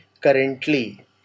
currently